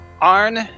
Arn